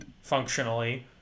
functionally